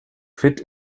fit